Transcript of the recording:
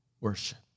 worship